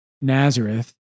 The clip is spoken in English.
Nazareth